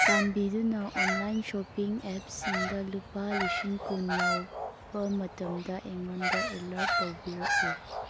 ꯆꯥꯟꯕꯤꯗꯨꯅ online shopping ꯑꯦꯞꯁꯁꯤꯡꯗ ꯂꯨꯄꯥ ꯂꯤꯁꯤꯡ ꯀꯨꯟ ꯌꯥꯎꯕ ꯃꯇꯝꯗ ꯑꯩꯉꯣꯟꯗ ꯑꯦꯂꯔꯠ ꯇꯧꯕꯤꯔꯛꯎ